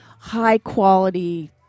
high-quality